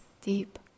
deep